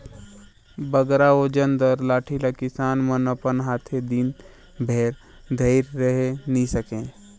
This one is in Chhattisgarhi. बगरा ओजन दार लाठी ल किसान मन अपन हाथे दिन भेर धइर रहें नी सके